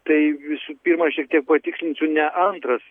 tai visų pirma šiek tiek patikslinsiu ne antras